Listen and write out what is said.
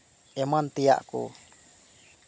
ᱮᱢᱟᱱ ᱛᱮᱭᱟᱜ ᱠᱚ